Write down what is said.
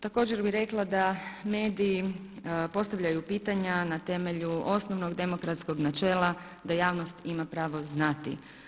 Također bih rekla da mediji postavljaju pitanja na temelju osnovnog demokratskog načela da javnost ima pravo znati.